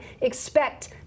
expect